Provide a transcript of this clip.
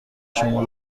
شما